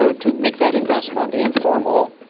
ah to make that investment in formal,